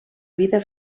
vida